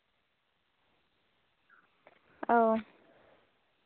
ᱚ